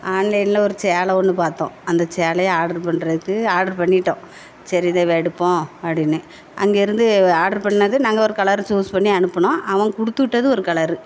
ஆன்லைனில் ஒரு சேலை ஒன்று பார்த்தோம் அந்த சேலையை ஆர்ட்ரு பண்ணுறதுக்கு ஆர்ட்ரு பண்ணிவிட்டோம் சரி இதை எடுப்போம் அப்படின்னு அங்கிருந்து ஆர்ட்ரு பண்ணிணது நாங்கள் ஒரு கலரை சூஸ் பண்ணி அனுப்பினோம் அவங்க கொடுத்து விட்டது ஒரு கலரு